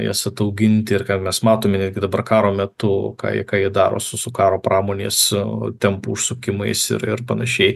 jas atauginti ir ką mes matome dabar karo metu ką ką jie daro su karo pramonės tempu užsukimais ir ir panašiai